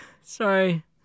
Sorry